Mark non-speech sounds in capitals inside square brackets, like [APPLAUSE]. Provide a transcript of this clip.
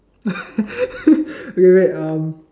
[LAUGHS] okay wait uh